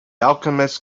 alchemist